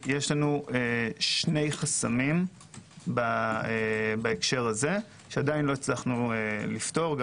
יש לנו שני חסמים בהקשר הזה שטרם הצלחנו לפתור.